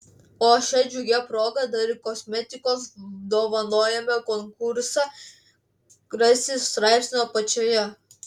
o šia džiugia proga dar ir kosmetikos dovanojame konkursą rasi straipsnio apačioje